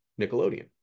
Nickelodeon